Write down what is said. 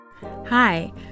Hi